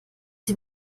sie